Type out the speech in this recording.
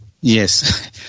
Yes